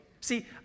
See